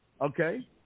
Okay